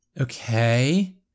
Okay